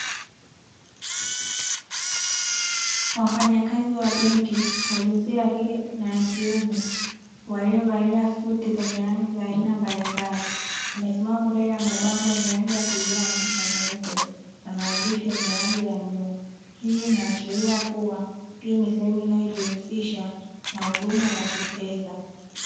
Wafanyakazi wa benki wa jinsia ya kike na ya kiume waliovalia suti zenye rangi za aina mbalimbali, wamesimama mbele ya mabango yenye rangi ya kijani na nyeupe na maandishi yenye rangi ya bluu. Hii inaashiria kuwa hii ni sehemu inayojihusisha na huduma za kifedha.